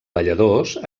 balladors